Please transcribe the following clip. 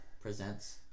Presents